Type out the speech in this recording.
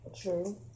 True